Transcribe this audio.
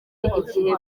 igihe